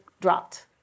dropped